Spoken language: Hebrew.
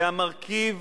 זה המרכיב